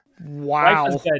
Wow